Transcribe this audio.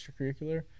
extracurricular